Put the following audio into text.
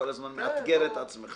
כל הזמן מאתגר את עצמך.